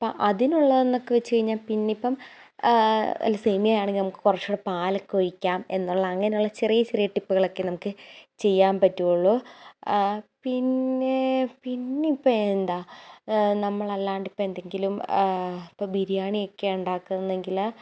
ഇപ്പോൾ അതിനുള്ള എന്നൊക്കെ വെച്ചു കഴിഞ്ഞാൽ പിന്നെ ഇപ്പം അല്ല സേമിയയാണെങ്കിൽ നമുക്ക് കുറച്ചൂ കൂടി പാലൊക്കെ ഒഴിക്കാം എന്നുള്ള അങ്ങനെയുള്ള ചെറിയ ചെറിയ ടിപ്പുകളൊക്കെ നമുക്ക് ചെയ്യാൻ പറ്റുകയുള്ളൂ പിന്നേ പിന്നെ ഇപ്പോൾ എന്താ നമ്മൾ അല്ലാണ്ട് ഇപ്പോൾ എന്തെങ്കിലും ഇപ്പോൾ ബിരിയാണിയൊക്കെ ഉണ്ടാക്കുന്നതെങ്കിൽ